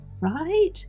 Right